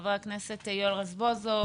חבר הכנסת יואל רזבוזוב,